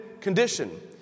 condition